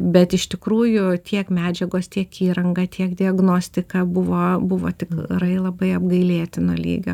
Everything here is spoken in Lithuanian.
bet iš tikrųjų tiek medžiagos tiek įranga tiek diagnostika buvo buvo tikrai labai apgailėtino lygio